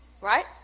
Right